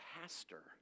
pastor